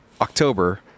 October